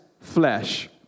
flesh